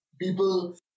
people